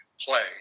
play